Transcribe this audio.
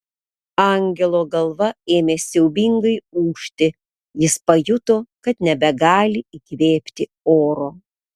angelo galva ėmė siaubingai ūžti jis pajuto kad nebegali įkvėpti oro